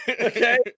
okay